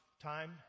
time